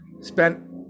spent